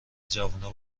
جوونا